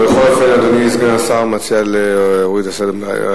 בכל אופן, אדוני סגן השר מציע להוריד מסדר-היום.